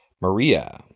Maria